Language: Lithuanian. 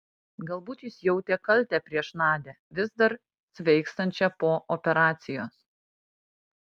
galbūt jis jautė kaltę prieš nadią vis dar sveikstančią po operacijos